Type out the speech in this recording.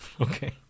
Okay